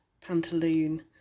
pantaloon